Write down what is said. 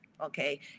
okay